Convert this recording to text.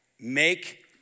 Make